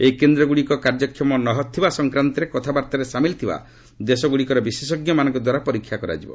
ଏହି କେନ୍ଦ୍ରଗୁଡ଼ିକ କାର୍ଯ୍ୟକ୍ଷମ ନ ଥିବା ସଂକ୍ରାନ୍ତରେ କଥାବାର୍ତ୍ତାରେ ସାମିଲ୍ ଥିବା ଦେଶଗୁଡ଼ିକର ବିଶେଷଜ୍ଞମାନଙ୍କଦ୍ୱାରା ପରୀକ୍ଷା କରାଯିବ